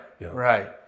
Right